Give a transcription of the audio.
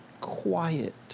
quiet